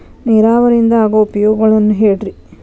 ನೇರಾವರಿಯಿಂದ ಆಗೋ ಉಪಯೋಗಗಳನ್ನು ಹೇಳ್ರಿ